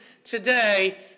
today